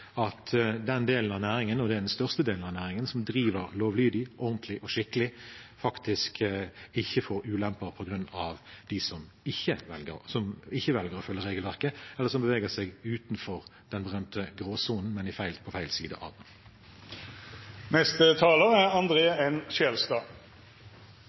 at den delen av næringen – og det er den største delen av næringen – som driver lovlydig, ordentlig og skikkelig, faktisk ikke får ulemper på grunn av dem som velger ikke å følge regelverket, eller som beveger seg utenfor og på feil side av den berømte gråsonen.